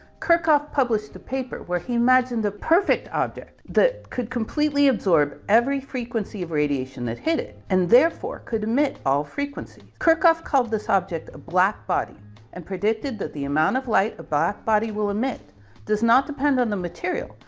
kirchhoff published the paper where he imagined the perfect object that could completely absorb every frequency of radiation that hit it. and therefore could admit all frequency. kirchhoff called this object, a black body and predicted that the amount of light a black body will admit does not depend on the material,